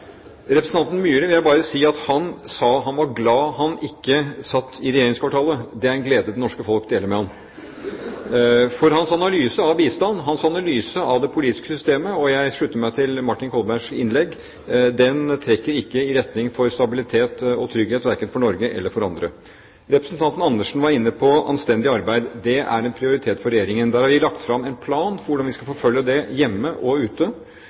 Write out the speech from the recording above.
er en glede det norske folk deler med ham, for hans analyse av bistand, hans analyse av det politiske systemet – og jeg slutter meg til Martin Kolbergs innlegg – trekker ikke i retning av stabilitet og trygghet verken for Norge eller for andre. Representanten Karin Andersen var inne på «anstendig arbeid». Det er en prioritet for Regjeringen. Der har vi lagt fram en plan for hvordan vi skal forfølge det hjemme og ute,